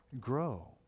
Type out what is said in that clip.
grow